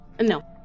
No